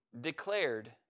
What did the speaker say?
declared